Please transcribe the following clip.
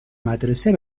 مدرسه